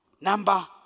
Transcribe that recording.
Number